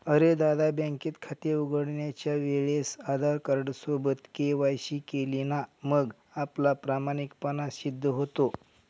अरे दादा, बँकेत खाते उघडण्याच्या वेळेस आधार कार्ड सोबत के.वाय.सी केली ना मग आपला प्रामाणिकपणा सिद्ध होतो